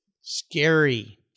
scary